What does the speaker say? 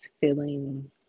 feeling